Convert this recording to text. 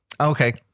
Okay